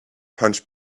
punch